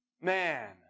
man